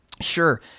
Sure